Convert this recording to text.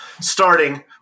starting